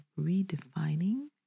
redefining